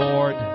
Lord